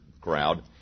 crowd